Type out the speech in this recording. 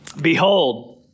behold